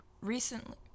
recently